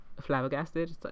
flabbergasted